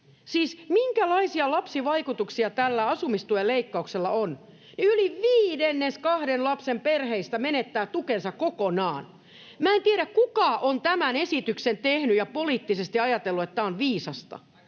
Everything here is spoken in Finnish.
Siis minkälaisia lapsivaikutuksia tällä asumistuen leikkauksella on? Yli viidennes kahden lapsen perheistä menettää tukensa kokonaan. Minä en tiedä, kuka on tämän esityksen tehnyt ja poliittisesti ajatellut, että tämä on viisasta,